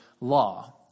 law